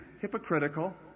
hypocritical